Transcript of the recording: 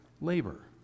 labor